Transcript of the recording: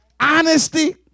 Honesty